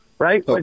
Right